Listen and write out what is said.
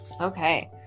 Okay